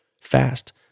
fast